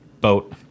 boat